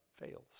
fails